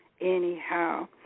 Anyhow